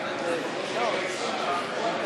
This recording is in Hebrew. יותר אג"חים,